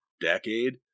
decade